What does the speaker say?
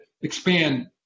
expand